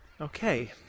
Okay